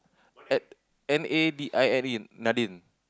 at N A D I N E Nadine